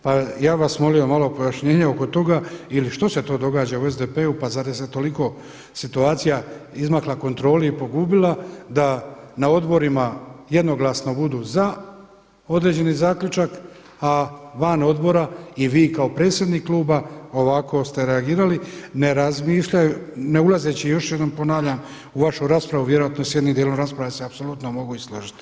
Pa ja bih vas molio malo pojašnjenje oko toga ili što se to događa u SDP-u, pa zar se toliko situacija izmakla kontroli i pogubila da na odborima jednoglasno budu za određeni zaključak, a van odbora i vi kao predsjednik Kluba ovako ste reagirali ne ulazeći još jednom ponavljam u vašu raspravu, vjerojatno s jednim dijelom rasprave se apsolutno mogu i složiti?